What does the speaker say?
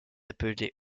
appelée